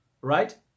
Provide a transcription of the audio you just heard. right